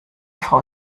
frau